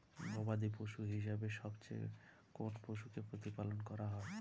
গবাদী পশু হিসেবে সবচেয়ে কোন পশুকে প্রতিপালন করা হয়?